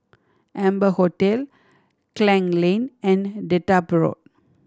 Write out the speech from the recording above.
Amber Hotel Klang Lane and Dedap Road